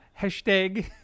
hashtag